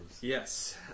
Yes